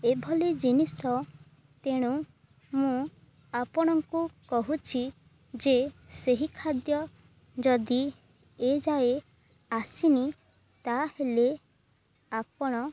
ଏଭଳି ଜିନିଷ ତେଣୁ ମୁଁ ଆପଣଙ୍କୁ କହୁଛି ଯେ ସେହି ଖାଦ୍ୟ ଯଦି ଏଯାଏ ଆସିନି ତାହେଲେ ଆପଣ